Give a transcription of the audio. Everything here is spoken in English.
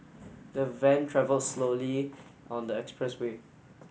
the van travelled slowly on the expressway